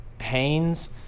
Haynes